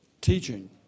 teaching